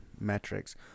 metrics